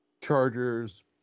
Chargers